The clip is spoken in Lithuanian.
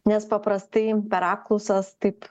nes paprastai per apklausas taip